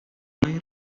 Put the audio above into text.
hay